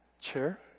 chair